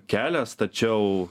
kelias tačiau